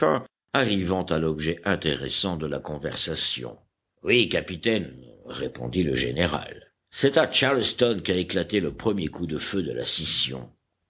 arrivant à l'objet intéressant de la conversation oui capitaine répondit le général c'est à charleston qu'a éclaté le premier coup de feu de la scission